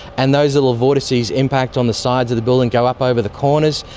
and those little vortices impact on the sides of the building, go up over the corners,